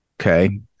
Okay